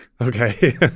Okay